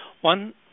One